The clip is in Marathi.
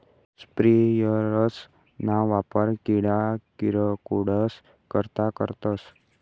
स्प्रेयरस ना वापर किडा किरकोडस करता करतस